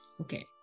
Okay